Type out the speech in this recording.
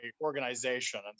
organization